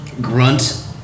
grunt